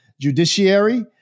Judiciary